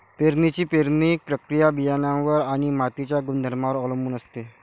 पेरणीची पेरणी प्रक्रिया बियाणांवर आणि मातीच्या गुणधर्मांवर अवलंबून असते